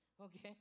okay